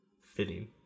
Fitting